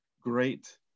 great